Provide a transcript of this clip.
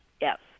yes